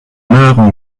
meurent